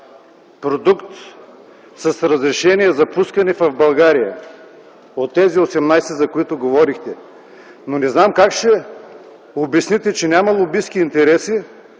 продукт с разрешение за пускане в България от тези осемнадесет, за които говорихте. Но не знам как ще обясните, че няма лобистки интереси,